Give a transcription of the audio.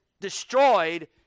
destroyed